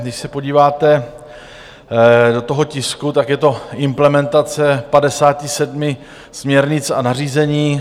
Když se podíváte do toho tisku, tak je to implementace 57 směrnic a nařízení.